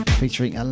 featuring